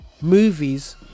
movies